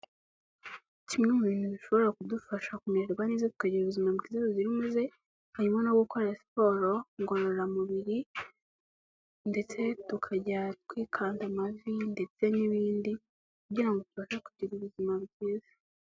Kimwe mu bintu bishobora kudufasha kumererwa neza tukagira ubuzima bwiza buzira umuze, harimo no gukora siporo ngororamubiri ndetse tukajya twikanda amavi ndetse n'ibindi kugira ngo tubashe kugira ubuzima bwiza.